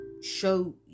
show